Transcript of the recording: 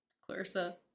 Clarissa